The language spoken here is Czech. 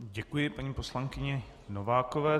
Děkuji paní poslankyni Novákové.